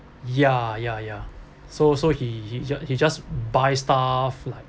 ya ya ya so so he he just he just buy stuff like